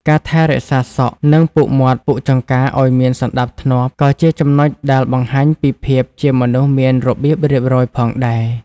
ការថែរក្សាសក់ និងពុកមាត់ពុកចង្កាឲ្យមានសណ្តាប់ធ្នាប់ ក៏ជាចំណុចដែលបង្ហាញពីភាពជាមនុស្សមានរបៀបរៀបរយផងដែរ។